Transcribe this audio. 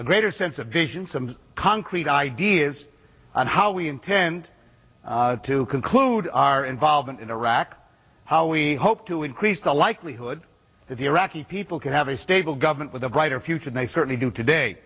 a greater sense of vision some concrete ideas on how we intend to conclude our involvement in iraq how we hope to increase the likelihood that the iraqi people can have a stable government with a brighter future and they certainly do today